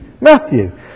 Matthew